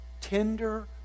tender